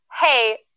hey